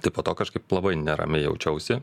tai po to kažkaip labai neramiai jaučiausi